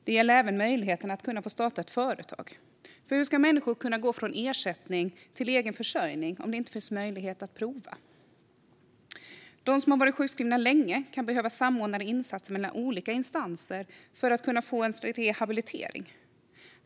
Det gäller även möjligheten att starta ett företag. Hur ska människor kunna gå från ersättning till egen försörjning om det inte finns möjlighet att prova? De som har varit sjukskrivna länge kan behöva samordnade insatser från olika instanser för att kunna få en rehabilitering.